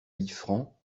liffrand